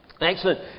excellent